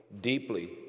deeply